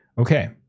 Okay